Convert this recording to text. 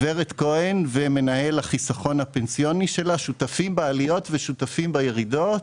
גברת כהן ומנהל החיסכון הפנסיוני שלה שותפים בעליות ושותפים בירידות.